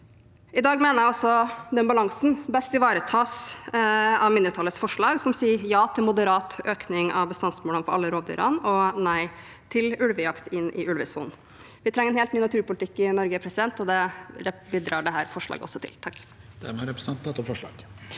I dag mener jeg at den balansen best ivaretas av mindretallets forslag, som sier ja til moderat økning av bestandsmålene for alle rovdyrene og nei til ulvejakt inne i ulvesonen. Vi trenger en helt ny naturpolitikk i Norge, og det bidrar dette forslaget også til. Jeg